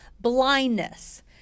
blindness